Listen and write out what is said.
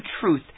truth